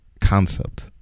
concept